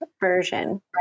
version